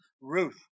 Ruth